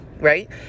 Right